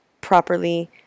properly